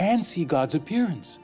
and see god's appearance